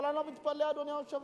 אבל אני לא מתפלא, אדוני היושב-ראש.